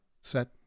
set